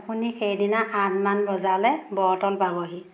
আপুনি সেইদিনা আঠমান বজালৈ বৰতল পাবহি